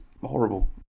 horrible